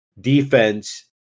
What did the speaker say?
defense